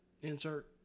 insert